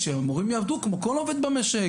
שמורים יעבדו כמו כל עובד במשק,